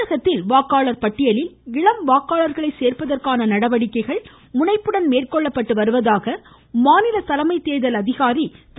தமிழகத்தில் வாக்காளர் பட்டியலில் இளம் வாக்காளர்களை சேர்ப்பதற்கான நடவடிக்கைகள் முனைப்புடன் மேற்கொள்ளப்பட்டு வருவதாக மாநில தலைமை தேர்தல் அதிகாரி திரு